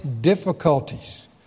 difficulties